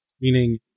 Meaning